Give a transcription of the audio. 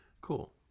cool